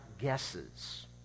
guesses